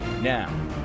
Now